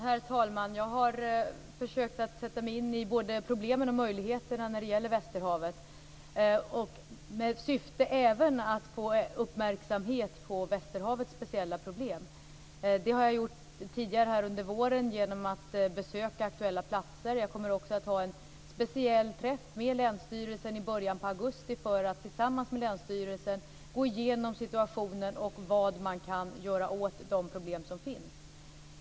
Herr talman! Jag har försökt sätta mig in i både problemen och möjligheterna när det gäller västerhavet med syfte även att få uppmärksamhet på västerhavets speciella problem. Jag har tidigare under våren besökt aktuella platser. Jag kommer också i början på augusti att ha en speciell träff med länsstyrelsen för att tillsammans med dem gå igenom situationen och vad man kan göra åt de problem som finns.